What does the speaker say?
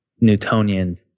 Newtonian